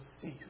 cease